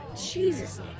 Jesus